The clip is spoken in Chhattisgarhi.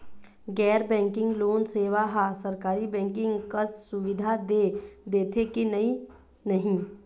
गैर बैंकिंग लोन सेवा हा सरकारी बैंकिंग कस सुविधा दे देथे कि नई नहीं?